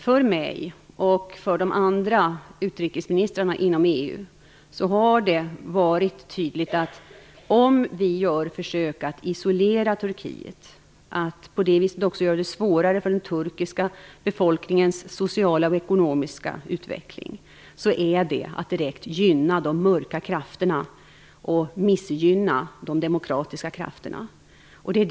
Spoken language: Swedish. För mig och för de andra utrikesministrarna inom EU har det varit tydligt att om vi gör försök att isolera Turkiet och på det viset gör det svårare för den turkiska befolkningens sociala och ekonomiska utveckling, är det att direkt gynna de mörka krafterna och missgynna de demokratiska krafterna.